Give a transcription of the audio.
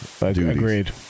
Agreed